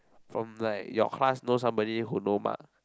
from like your class know somebody who know ma